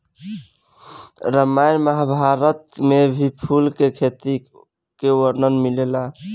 रामायण महाभारत में भी फूल के खेती के वर्णन मिलेला